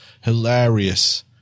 hilarious